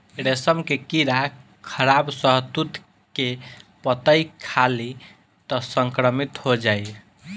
रेशम के कीड़ा खराब शहतूत के पतइ खाली त संक्रमित हो जाई